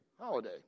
holiday